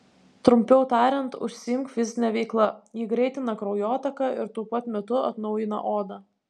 trumpiau tariant užsiimk fizine veikla ji greitina kraujotaką ir tuo pat metu atnaujina odą